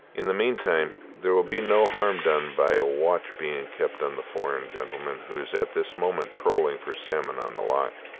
in the meantime there will be no harm done by a watch being kept on the foreign gentleman who is at this moment trolling for salmon on the loch.